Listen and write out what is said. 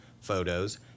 photos